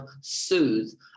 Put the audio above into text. soothe